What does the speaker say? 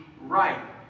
right